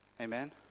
Amen